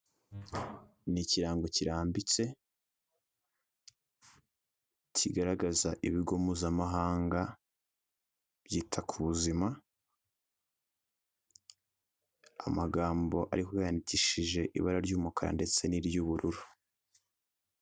Ni ikirango kirambitse kigaragaza ibigo mpuzamahanga byita ku buzima amagambo ariko yankishije ibara ry'umukara ndetse n'iry'ubururu.